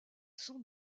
son